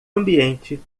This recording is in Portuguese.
ambiente